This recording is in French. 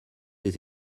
des